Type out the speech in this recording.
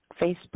Facebook